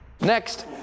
Next